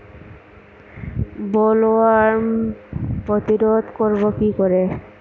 Bollworm প্রতিরোধ করব কি করে?